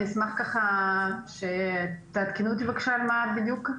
אשמח שתעדכנו אותי בבקשה על מה בדיוק.